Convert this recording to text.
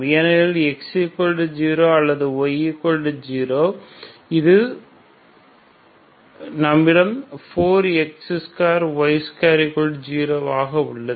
ஏனெனில் x0 அல்லது y0 நம்மிடம் 4x2y20 உள்ளது